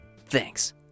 thanks